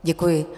Děkuji.